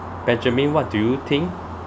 benjamin what do you think